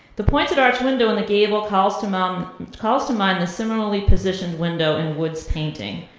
the pointed arch window and the gable calls to um um calls to mind the similarly positioned window in wood's painting.